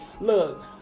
look